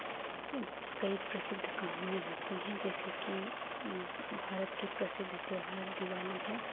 कई प्रसिद्ध कहानियाँ होती हैं जैसे कि भारत के प्रसिद्ध त्योहार दिवाली है